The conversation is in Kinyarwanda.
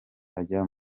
ajya